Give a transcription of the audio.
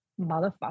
motherfucker